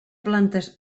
plantes